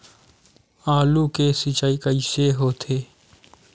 आलू के सिंचाई कइसे होथे?